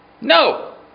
No